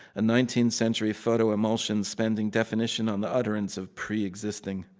a nineteenth century photo emulsion spending definition on the utterance of preexisting.